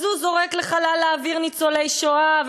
אז הוא זורק לחלל האוויר "ניצולי שואה",